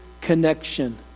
connection